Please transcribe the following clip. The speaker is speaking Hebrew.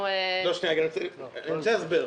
תקציב המדינה הוא נושא --- אני רוצה הסבר.